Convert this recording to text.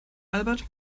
albert